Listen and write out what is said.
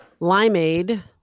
Limeade